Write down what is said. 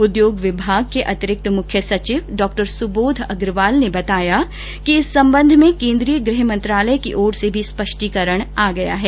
उद्योग विभाग के अतिरिक्ति मुख्य सचिव डॉ सुबोध अग्रवाल ने बताया कि इस संबंध में केन्द्रीय गृह मंत्रालय की ओर से भी स्पष्टीकरण आ गया है